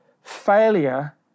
failure